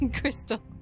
Crystal